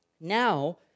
Now